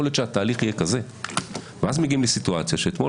להיות שהתהליך יהיה כזה ואז מגיעים לסיטואציה שאתמול